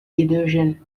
illusion